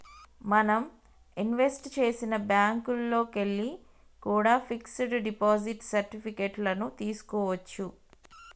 మనం ఇన్వెస్ట్ చేసిన బ్యేంకుల్లోకెల్లి కూడా పిక్స్ డిపాజిట్ సర్టిఫికెట్ లను తీస్కోవచ్చు